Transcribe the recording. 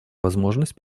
возможность